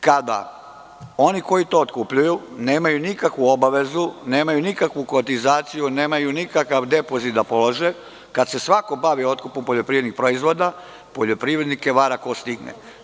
Danas kada oni koji to otkupljuju nemaju nikakvu obavezu, nemaju nikakvu kotizaciju, nemaju nikakav depozit da polože, kad se svako bavi otkupom poljoprivrednih proizvoda, poljoprivrednike vara ko stigne.